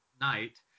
night